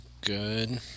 good